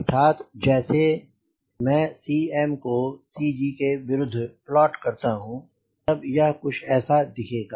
अर्थात जैसे में Cm को CG के विरुद्ध प्लॉट करता हूं तब यह कुछ ऐसा दिखेगा